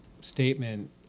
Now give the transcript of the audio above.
statement